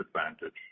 advantage